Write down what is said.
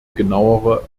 genauere